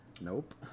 Nope